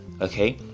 okay